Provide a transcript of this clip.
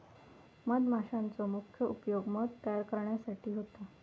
मधमाशांचो मुख्य उपयोग मध तयार करण्यासाठी होता